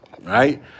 right